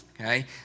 Okay